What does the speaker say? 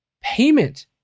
payment